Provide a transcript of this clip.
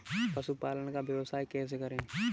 पशुपालन का व्यवसाय कैसे करें?